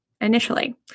initially